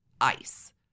ice